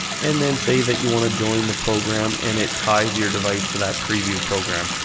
and then say that you want to join the program, and it ties your device to that preview program.